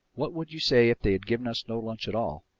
what would you say if they'd given us no lunch at all?